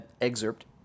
excerpt